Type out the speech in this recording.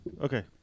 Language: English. Okay